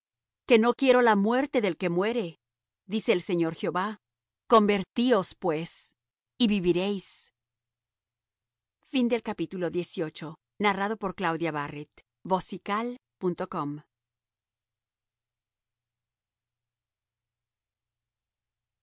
que no quiero la muerte del que muere dice el señor jehová convertíos pues y viviréis y